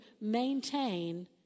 maintain